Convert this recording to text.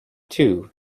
too